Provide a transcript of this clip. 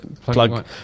plug